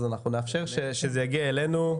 אז אנחנו נאפשר שזה יגיע אלינו.